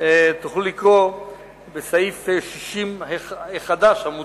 תוכלו לקרוא בסעיף 60 החדש, המוצע,